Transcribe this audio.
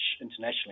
internationally